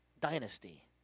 dynasty